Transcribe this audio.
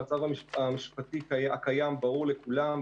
המצב המשפטי הקיים ברור לכולם,